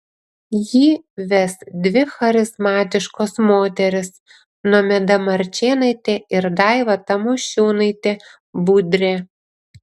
jį ves dvi charizmatiškos moterys nomeda marčėnaitė ir daiva tamošiūnaitė budrė